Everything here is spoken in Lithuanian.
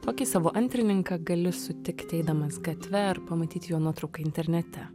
tokį savo antrininką gali sutikti eidamas gatve ar pamatyti jo nuotrauką internete